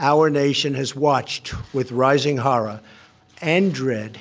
our nation has watched with rising horror and dread